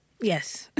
Yes